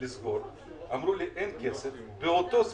קודם כל,